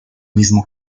mismo